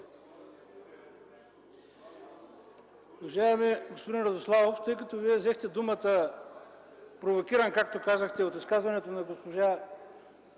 Уважаеми господин Радославов, тъй като Вие взехте думата провокиран, както казахте от изказването на госпожа